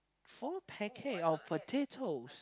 four packet of potatoes